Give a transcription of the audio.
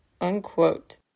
Unquote